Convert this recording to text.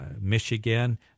Michigan